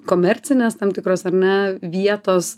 komercinės tam tikros ar ne vietos